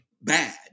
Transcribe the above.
bad